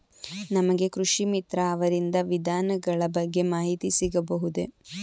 ನಮಗೆ ಕೃಷಿ ಮಿತ್ರ ಅವರಿಂದ ವಿಧಾನಗಳ ಬಗ್ಗೆ ಮಾಹಿತಿ ಸಿಗಬಹುದೇ?